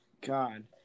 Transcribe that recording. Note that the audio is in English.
God